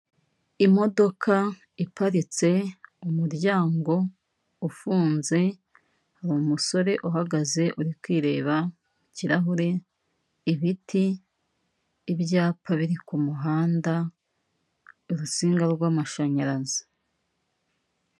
Imodoka iparitse umuryango ufunze, umusore uhagaze uri kwireba mu kirahure, ibiti, ibyapa biri kumuhanda, urusinga rw'amashanyarazi.